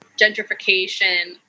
gentrification